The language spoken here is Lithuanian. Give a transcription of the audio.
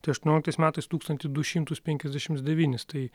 tai aštuonioliktais metais tūkstantį du šimtus penkiasdešims devynis tai